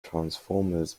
transformers